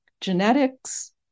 genetics